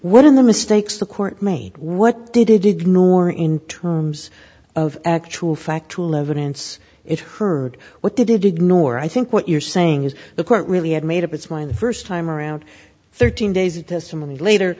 of the mistakes the court made what did it ignore in terms of actual factual evidence it heard what they did ignore i think what you're saying is the court really had made up its mind the st time around thirteen days of testimony later